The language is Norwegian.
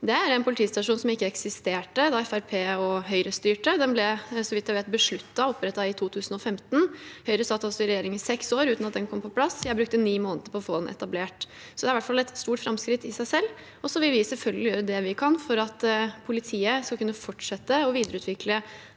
Det er en politistasjon som ikke eksisterte da Fremskrittspartiet og Høyre styrte. Den ble, så vidt jeg vet, besluttet opprettet i 2015. Høyre satt altså i regjering i seks år uten at den kom på plass. Jeg brukte ni måneder på å få den etablert. Det er i hvert fall et stort framskritt i seg selv. Vi vil selvfølgelig gjøre det vi kan for at politiet skal kunne fortsette å videreutvikle